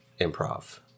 improv